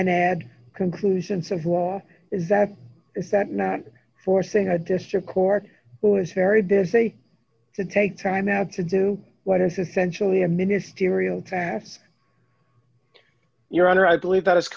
then add conclusions of law is that is that not forcing a district court who is very did say to take time now to do what is essentially a ministerial tax your honor i believe that is